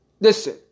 Listen